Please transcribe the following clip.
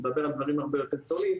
הוא מדבר על דברים הרבה יותר גדולים.